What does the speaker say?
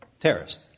Terrorist